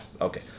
Okay